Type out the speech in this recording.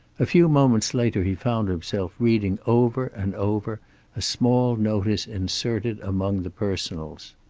a few moments later he found himself reading over and over a small notice inserted among the personals.